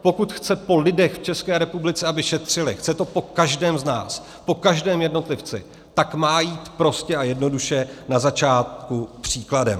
Pokud chce po lidech v České republice, aby šetřili, chce to po každém z nás, po každém jednotlivci, tak má jít prostě a jednoduše na začátku příkladem.